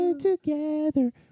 Together